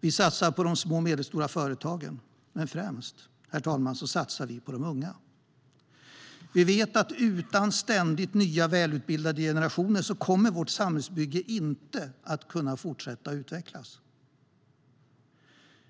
Vi satsar på de små och medelstora företagen, men främst satsar vi på de unga. Vi vet att utan ständigt nya välutbildade generationer kommer vårt samhällsbygge inte att kunna fortsätta utvecklas.